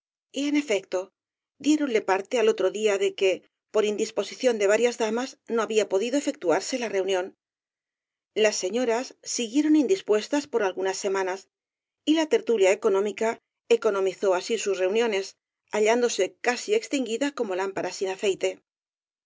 y en efecto diéronle parte al otro día de que por indisposición de varias damas no había podido efectuarse la reunión las señoras siguieron indispuestas por algunas semanas y la tertulia económica economizó así sus reuniones hallándose casi extinguida como lámpara sin aceite